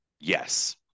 yes